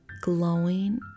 glowing